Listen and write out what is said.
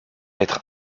être